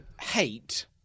hate